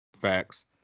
Facts